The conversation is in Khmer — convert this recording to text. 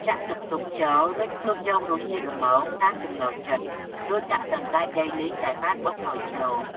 ចាក់ទឹកស៊ុបចូល រួចភ្លក្សយករសជាតិល្មមតាមចំណូលចិត្ត រួចដាក់សណ្តែកដីលីងដែលបានបុកហើយចូល។